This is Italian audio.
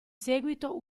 seguito